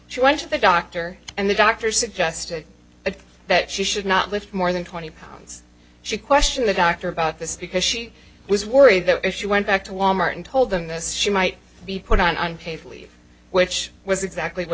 she went to the doctor and the doctor suggested that she should not lift more than twenty pounds she question the doctor about this because she was worried that if she went back to wal mart and told them this she might be put on paid leave which was exactly what